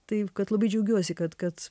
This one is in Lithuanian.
tai kad labai džiaugiuosi kad kad